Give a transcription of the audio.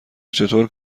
چطور